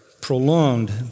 prolonged